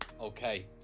Okay